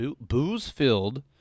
booze-filled